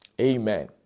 Amen